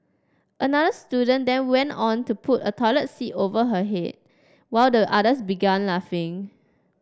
another student then went on to put a toilet seat over her head while the others began laughing